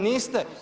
Niste.